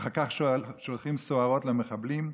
ואחר כך שולחים סוהרות למחבלים.